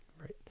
Right